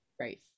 Right